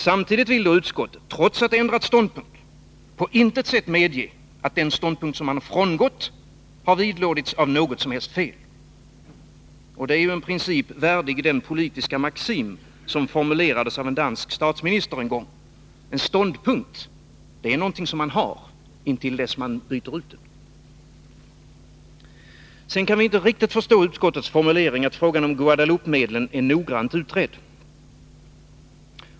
Samtidigt vill då utskottet, trots att det ändrat ståndpunkt, på intet sätt medge att den ståndpunkt man frångått har vidlåtts av något som helst fel. Det är en princip värdig den politiska maxim som formulerades av en dansk statsminister en gång: En ståndpunkt är någonting som man har intill dess man byter ut den. Sedan kan vi inte riktigt förstå utskottets formulering att frågan om Guadeloupemedlen är noggrant utredd.